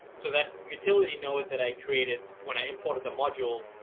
so that utility node that i created when i imported the module,